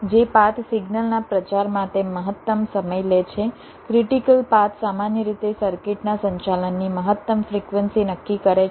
જે પાથ સિગ્નલના પ્રચાર માટે મહત્તમ સમય લે છે ક્રિટીકલ પાથ સામાન્ય રીતે સર્કિટના સંચાલનની મહત્તમ ફ્રિક્વન્સી નક્કી કરે છે